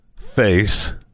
face